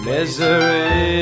Misery